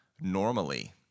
normally